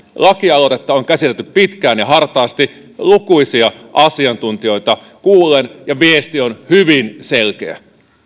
lakialoitetta on käsitelty pitkään ja hartaasti lukuisia asiantuntijoita kuullen ja viesti on hyvin selkeä